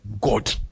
God